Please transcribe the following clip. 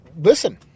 listen